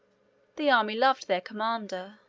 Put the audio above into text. the army loved their commander,